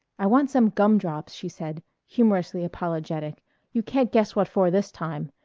i want some gum-drops, she said, humorously apologetic you can't guess what for this time.